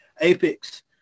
Apex